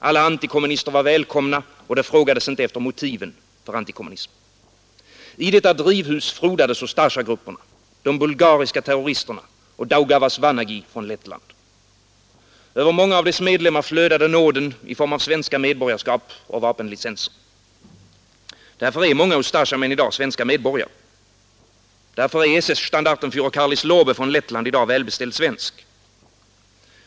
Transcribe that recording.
Alla antikommunister var välkomna, och det frågades inte efter motiven för antikommunismen. I detta drivhus frodades Ustasjagrupperna, de bulgariska terroristerna och Daugavas Vanagi från Lettland. Över hur många av dess medlemmar flödade nåden i form av svenska medborgarskap och vapenlicenser? Därför är många Ustasjamän i dag svenska medborgare. Därför är SS-Standartenfährer Karlis Lobe från Lettland i dag välbeställd svensk.